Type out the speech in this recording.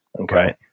Okay